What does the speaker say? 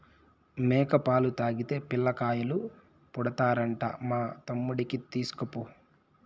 మేక పాలు తాగితే పిల్లకాయలు పుడతారంట మా తమ్ముడికి తీస్కపో